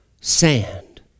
Sand